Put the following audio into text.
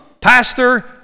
pastor